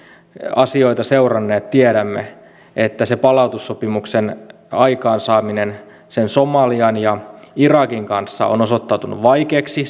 asioita seuranneet tiedämme että yleisen palautussopimuksen aikaansaaminen somalian ja irakin kanssa on osoittautunut vaikeaksi